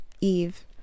Eve